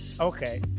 okay